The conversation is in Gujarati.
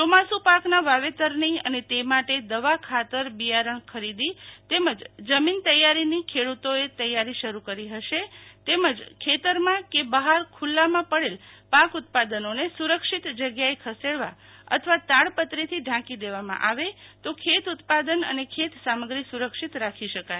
ચોમાસુ પાકના વાવેતરની અને તે માટે દવા ખાતર બિયારણ ખરીદી તેમજ જમીન તૈયારીની ખેલુતોએ તૈયારી શરૂ કરી હશે તેમજ ખેતરમાં કે બહાર ખુલ્લામાં પડેલ પાક ઉત્પાદનોને સુરક્ષીત જગ્યાએ ખસેડવા અથવ તાડપત્રીથી ઢાંકી દેવામાં આવે તો ખેત ઉત્પાદન અને ખેત સામગ્રી સુરક્ષિત રાખી શકાય